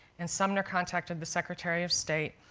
and sumner contacted the secretary of state,